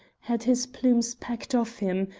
had his plumes pecked off him,